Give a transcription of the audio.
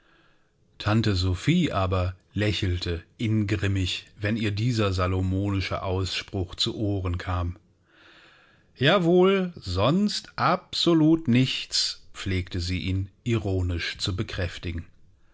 tante sophie aber lächelte ingrimmig wenn ihr dieser salomonische ausspruch zu ohren kam jawohl sonst absolut nichts pflegte sie ihn ironisch zu bekräftigen